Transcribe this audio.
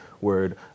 word